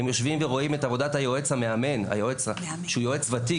הם יושבים ורואים את עבודת היועץ המאמן שהוא יועץ וותיק,